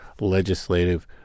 legislative